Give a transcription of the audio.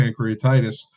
pancreatitis